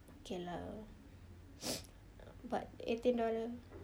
okay lah but eighteen dollar